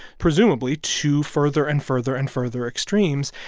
presumably, to further and further and further extremes,